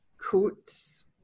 coats